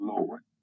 Lord